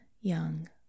young